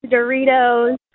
Doritos